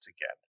again